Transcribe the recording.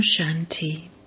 Shanti